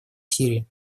сирии